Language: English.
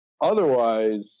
Otherwise